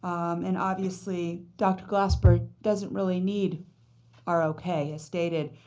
and obviously dr. glasper doesn't really need our okay, as stated.